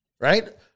Right